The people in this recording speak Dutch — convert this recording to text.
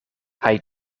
hij